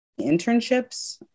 internships